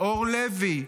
אור לוי,